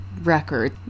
record